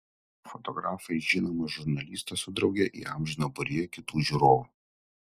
fotografai žinomą žurnalistą su drauge įamžino būryje kitų žiūrovų